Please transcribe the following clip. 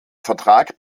vertrag